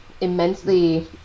immensely